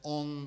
on